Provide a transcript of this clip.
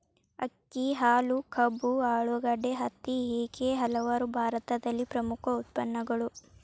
ಅಕ್ಕಿ, ಹಾಲು, ಕಬ್ಬು, ಆಲೂಗಡ್ಡೆ, ಹತ್ತಿ ಹೇಗೆ ಹಲವಾರು ಭಾರತದಲ್ಲಿ ಪ್ರಮುಖ ಉತ್ಪನ್ನಗಳು